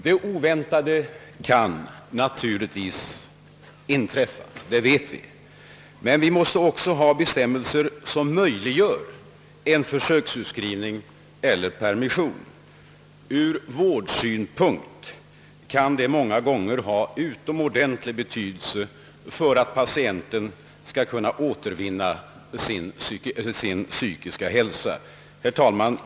Det oväntade kan naturligtvis inträffa — det vet vi — men vi måste också ha bestämmelser som möjliggör en försöksutskrivning eller permission. Från vårdsynpunkt kan detta många gånger ha utomordentlig betydelse för att patienten skall kunna återvinna sin psykiska hälsa. Herr talman!